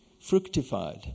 Fructified